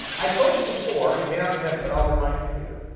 i told you before, you may not remember, but i'll remind you here,